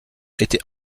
était